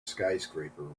skyscraper